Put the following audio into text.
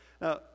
Now